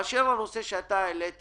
באשר לנושא שאתה העלית